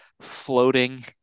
floating